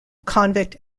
convict